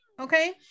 Okay